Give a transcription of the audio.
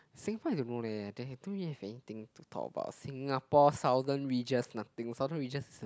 Singapore I don't know leh I don't really have anything to talk about Singapore Southern Ridges nothing Southern Ridges